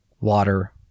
water